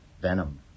venom